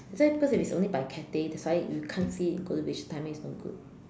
that's why cause if it's only by Cathay that's why you can't see Golden Village timing is no good